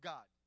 God